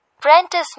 Prentice